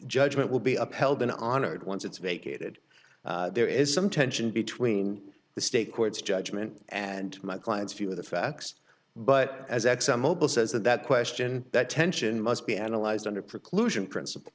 judgment will be upheld in on it once it's vacated there is some tension between the state courts judgement and my client's view of the facts but as at some mobile says that that question that tension must be analyzed under preclusion principle